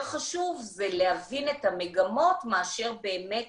חשוב זה להבין את המגמות מאשר באמת